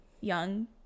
young